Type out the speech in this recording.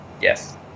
Yes